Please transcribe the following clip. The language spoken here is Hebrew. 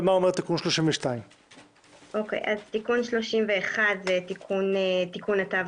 ומה אומר תיקון 32. תיקון 31 זה תיקון התו